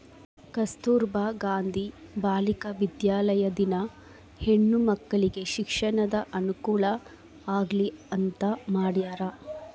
ಕಸ್ತುರ್ಭ ಗಾಂಧಿ ಬಾಲಿಕ ವಿದ್ಯಾಲಯ ದಿನ ಹೆಣ್ಣು ಮಕ್ಕಳಿಗೆ ಶಿಕ್ಷಣದ ಅನುಕುಲ ಆಗ್ಲಿ ಅಂತ ಮಾಡ್ಯರ